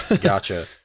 Gotcha